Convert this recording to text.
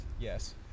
yes